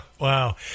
wow